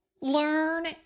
learn